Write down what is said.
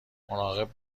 مراقب